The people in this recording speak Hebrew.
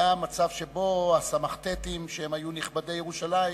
היה מצב שבו הסמ"ך-טי"תים, שהם היו נכבדי ירושלים,